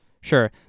sure